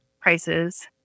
prices